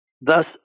Thus